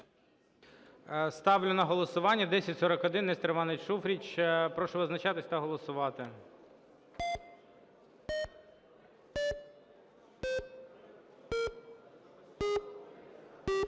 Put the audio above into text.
Ставлю на голосування 1041, Нестор Іванович Шуфрич. Прошу визначатись та голосувати.